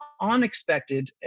unexpected